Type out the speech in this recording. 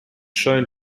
shown